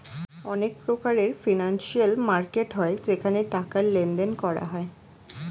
অনেক প্রকারের financial market হয় যেখানে টাকার লেনদেন করা হয়ে থাকে